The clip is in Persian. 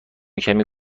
کمی